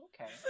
Okay